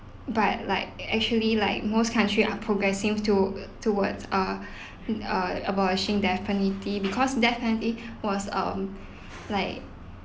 but like actually like most countries are progressing towa~ towards uh uh abolishing death penalty because death penalty was um like